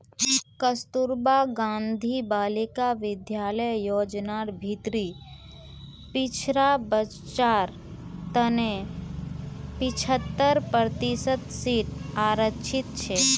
कस्तूरबा गांधी बालिका विद्यालय योजनार भीतरी पिछड़ा बच्चार तने पिछत्तर प्रतिशत सीट आरक्षित छे